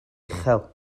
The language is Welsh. uchel